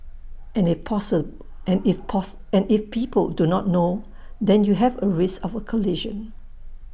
and if people do not know then you have A risk of A collision